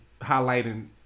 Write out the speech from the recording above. highlighting